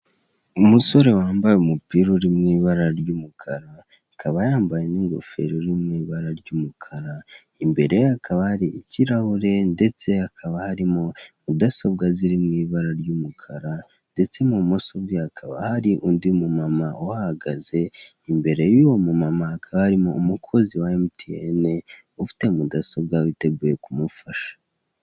Umusore wambaye umupira uri mu ibara ry'umukara akaba yambaye n'ingofero iri mu ibara ry'umukara imbere ye hakaba hari ikirahure ndetse hakaba harimo mudasobwa ziri mu ibara ry'umukara ndetse mu bumoso bwe hakaba hari undi mu mama uhagaze imbere y'uwo mu mama hakaba harimo umukozi wa MTN ufite mudasobwa witeguye kumufasha.